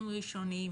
ראשוניים?